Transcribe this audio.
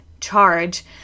charge